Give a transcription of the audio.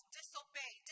disobey